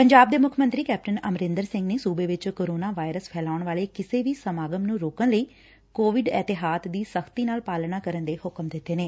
ਪੰਜਾਬ ਦੇ ਮੁੱਖ ਮੰਤਰੀ ਕੈਪਟਨ ਅਮਰਿੰਦਰ ਸਿੰਘ ਨੇ ਸੁਬੇ ਵਿੱਚ ਕਰੋਨਾ ਵਾਇਰਸ ਫੈਲਾਉਣ ਵਾਲੇ ਕਿਸੇ ਵੀ ਸਮਾਗਮ ਨੁੰ ਰੋਕਣ ਲਈ ਕੋਵਿਡ ਇਹਤਿਆਤ ਦੀ ਸੱਖ਼ਤੀ ਨਾਲ ਪਾਲਣਾ ਕਰਨ ਦੇ ਹੁਕਮ ਦਿੱਤੇ ਨੇ